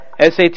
SAT